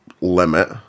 limit